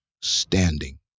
standing